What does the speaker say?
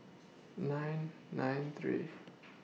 nine nine three